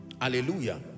Hallelujah